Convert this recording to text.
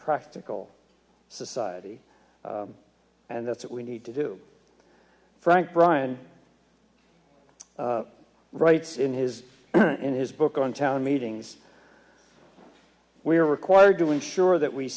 practical society and that's what we need to do frank brian writes in his in his book on town meetings we are required to ensure that we